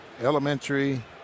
elementary